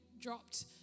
dropped